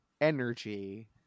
energy